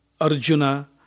Arjuna